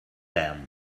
then